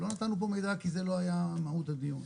לא נתנו פה מידע כי זאת לא היתה מהות הדיון.